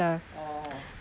oh